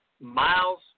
miles